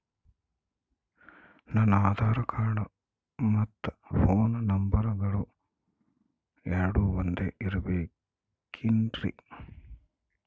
ನನ್ನ ಆಧಾರ್ ಕಾರ್ಡ್ ಮತ್ತ ಪೋನ್ ನಂಬರಗಳು ಎರಡು ಒಂದೆ ಇರಬೇಕಿನ್ರಿ?